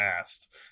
asked